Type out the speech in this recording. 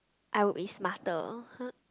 I would be smarter